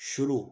शुरू